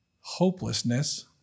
hopelessness